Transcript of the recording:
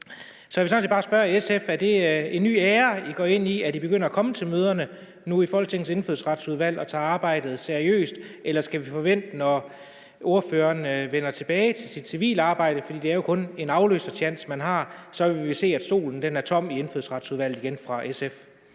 Jeg vil sådan set bare spørge SF: Er det en ny æra, I går ind i, at I nu begynder at komme til møderne i Folketingets Indfødsretsudvalg og tager arbejdet seriøst, eller skal vi forvente, at når ordføreren vender tilbage til sit civile arbejde, for det er jo kun en afløsertjans, man har, vil vi se, at SF's stol i Indfødsretsudvalget igen er tom?